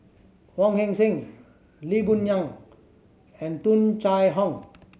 Wong Heck Sing Lee Boon Ngan and Tung Chye Hong